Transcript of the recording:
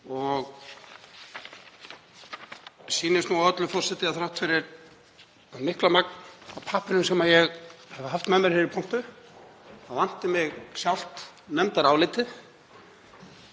og sýnist á öllu að þrátt fyrir hið mikla magn af pappírum sem ég hef haft með mér hér í pontu þá vanti mig sjálft nefndarálitið